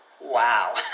Wow